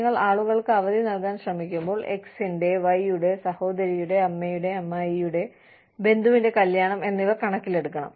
നിങ്ങൾ ആളുകൾക്ക് അവധി നൽകാൻ ശ്രമിക്കുമ്പോൾ x ന്റെ y യുടെ സഹോദരിയുടെ അമ്മയുടെ അമ്മായിയുടെ ബന്ധുവിന്റെ കല്യാണം എന്നിവ കണക്കിലെടുക്കണം